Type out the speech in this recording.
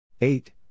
Eight